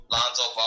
Lonzo